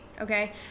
okay